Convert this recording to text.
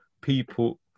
people